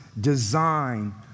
design